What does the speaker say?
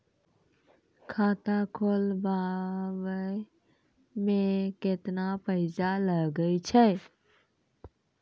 खाता खोलबाबय मे केतना पैसा लगे छै?